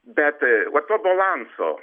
bet va to balanso